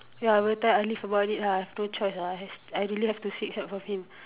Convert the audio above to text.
ya I will tell Alif about it lah no choice lah I really have to seek help from him